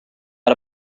got